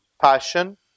passion